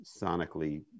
sonically